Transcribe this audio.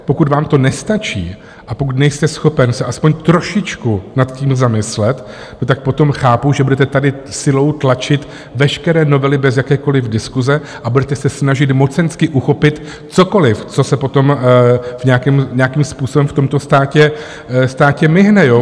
Pokud vám to nestačí a pokud nejste schopen se aspoň trošičku nad tím zamyslet, tak potom chápu, že budete tady silou tlačit veškeré novely bez jakékoliv diskuse a budete se snažit mocensky uchopit cokoliv, co se potom nějakým způsobem v tomto státě mihne.